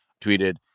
tweeted